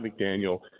McDaniel